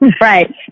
Right